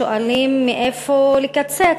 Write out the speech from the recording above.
שואלים: מאיפה לקצץ,